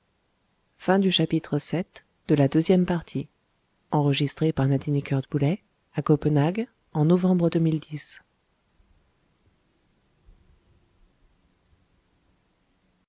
en fin de